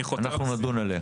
אנחנו נדון עליה.